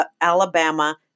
Alabama